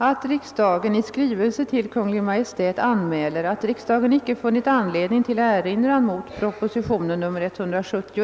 att riksdagen skulle att riksdagen skulle att riksdagen skulle att riksdagen skulle 120